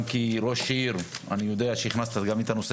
גם כראש עיר אני יודע שהכנסת גם את הנושא